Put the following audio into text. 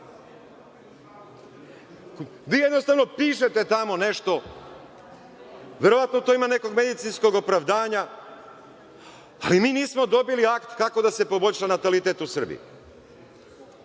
Vi jednostavno pišete tamo nešto, verovatno to ima nekog medicinskog opravdanja, ali mi nismo dobili akt kako da se poboljša natalitet u Srbiji.